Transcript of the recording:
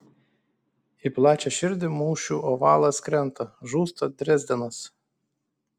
į plačią širdį mūšių ovalas krenta žūsta drezdenas